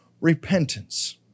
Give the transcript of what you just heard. repentance